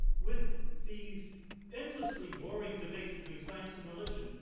with these endlessly boring debates between science and religion,